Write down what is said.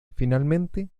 finalmente